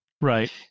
Right